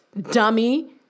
dummy